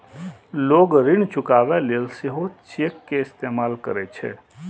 लोग ऋण चुकाबै लेल सेहो चेक के इस्तेमाल करै छै